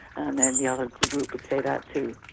and then the other group would say that too.